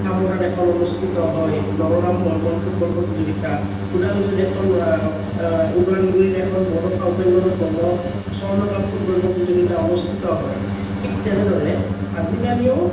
কামতাত এখন অনুষ্ঠিত হয় নৰৰাম বৰ্মন ফুটবল প্ৰতিযোগিতা ওদালগুড়িত এখন ওদালগুড়িত বডফা উপেন্দ্ৰ নাথ ব্ৰহ্ম স্বৰ্ণ কাপ ফুটবল প্ৰতিযোগিতা অনুষ্ঠিত হয় ঠিক তেনেদৰে আজিকালিও